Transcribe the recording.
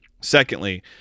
Secondly